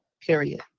Period